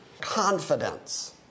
confidence